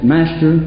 Master